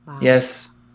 Yes